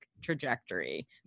trajectory